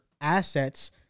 assets